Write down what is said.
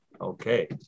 Okay